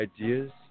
ideas